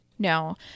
No